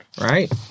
right